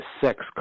sex